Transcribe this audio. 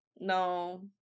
No